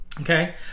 Okay